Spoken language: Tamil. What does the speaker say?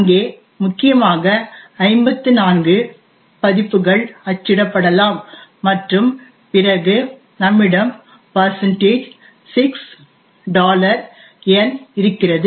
அங்கே முக்கியமாக 54 பதிப்புகள் அச்சிடப்படலாம் மற்றும் பிறகு நம்மிடம் 6n இருக்கிறது